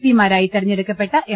P മാരായി തെരഞ്ഞെടുക്കപ്പെട്ട M